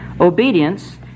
Obedience